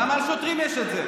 למה על שוטרים יש את זה?